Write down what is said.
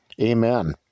Amen